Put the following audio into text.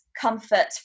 comfort